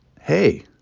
hey